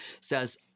says